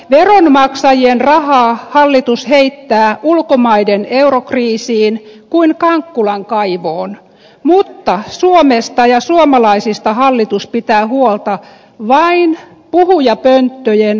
veronmaksajien rahaa hallitus heittää ulkomaiden eurokriisiin kuin kankkulan kaivoon mutta suomesta ja suomalaisista hallitus pitää huolta vain puhujapönttöjen sanahelinällä